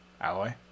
alloy